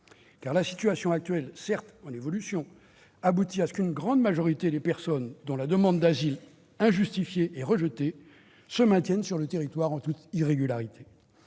Car la situation actuelle, certes en évolution, aboutit à ce qu'une grande majorité des personnes dont la demande d'asile est injustifiée et rejetée se maintiennent sur le territoire en toute irrégularité.